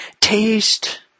taste